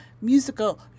musical